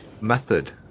method